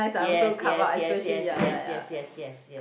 yes yes yes yes yes yes yes yes yes